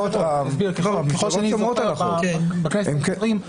--- בכנסת העשרים,